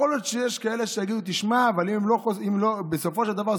יכול להיות שיש כאלה שיגידו: בסופו של דבר,